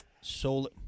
Solar